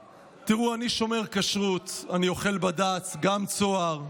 תראו, אני שומר כשרות, אני אוכל בד"ץ, גם צהר.